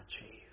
achieve